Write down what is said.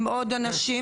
עם עוד אנשים,